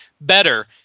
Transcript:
better